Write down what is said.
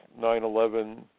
9-11